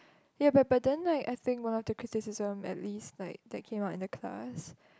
ya but but then like I think one of the criticism at least like that came out in the class